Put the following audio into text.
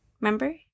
Remember